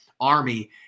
army